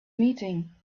meeting